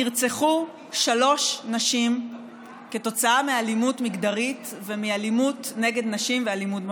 נרצחו שלוש נשים מאלימות מגדרית ומאלימות נגד נשים ומאלימות במשפחה.